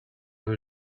will